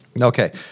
Okay